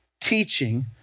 teaching